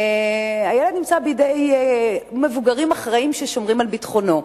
הילד נמצא בידי מבוגרים אחראיים ששומרים על ביטחונו.